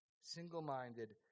Single-minded